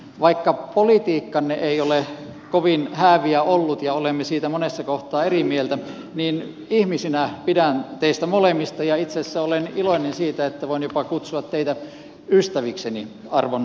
vaikka politiikkanne ei ole kovin hääviä ollut ja olemme siitä monessa kohtaa eri mieltä niin ihmisinä pidän teistä molemmista ja itse asiassa olen iloinen siitä että voin jopa kutsua teitä ystävikseni arvon ministerit